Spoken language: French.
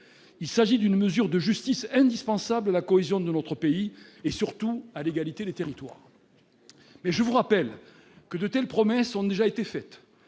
Il s'agit d'une mesure de justice indispensable à la cohésion de notre pays et surtout à l'égalité des territoires. Toutefois, je vous rappelle que de telles promesses ont déjà été faites,